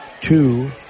two